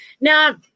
Now